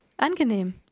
Angenehm